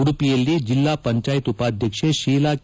ಉಡುಪಿಯಲ್ಲಿ ಜಿಲ್ಲಾ ಪಂಚಾಯತಿ ಉಪಾಧ್ಯಕ್ಷೆ ಶೀಲಾ ಕೆ